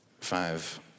Five